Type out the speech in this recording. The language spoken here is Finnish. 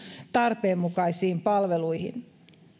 tarpeenmukaisiin palveluihin